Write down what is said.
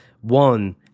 one